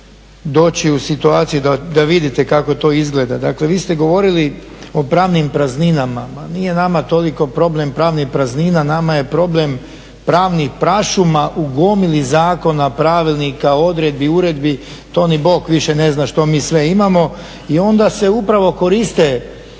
doći u situaciju da vidite kako to izgleda. Dakle, vi ste govorili o pravnim prazninama, ma nije nama toliko problem pravnih praznina, nama je problem pravnih prašuma u gomili zakona, pravilnika, odredbi, uredbi, to niti bog više ne zna što mi sve imamo. I onda se upravo koriste